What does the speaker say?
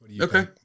Okay